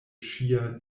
ŝia